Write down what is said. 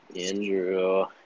Andrew